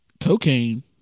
cocaine